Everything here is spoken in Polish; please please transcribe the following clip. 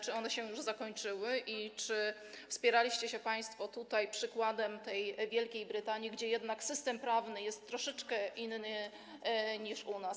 Czy one się już zakończyły i czy wspieraliście się państwo tutaj przykładem Wielkiej Brytanii, gdzie jednak system prawny jest troszeczkę inny niż u nas?